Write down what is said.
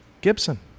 Gibson